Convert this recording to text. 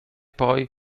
poi